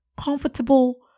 Comfortable